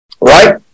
right